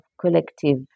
collective